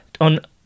On